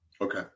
Okay